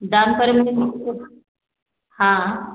down payment तो हाँ